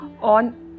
on